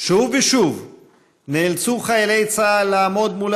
שוב ושוב נאלצו חיילי צה"ל לעמוד מול